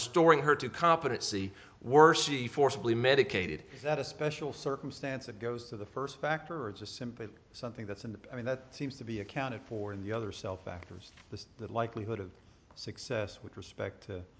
restoring her to competency worse she forcibly medicated that a special circumstance that goes to the first factor is just simply something that's and i mean that seems to be accounted for in the other cell factors the likelihood of success with respect to